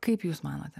kaip jūs manote